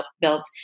built